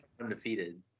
undefeated